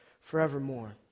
forevermore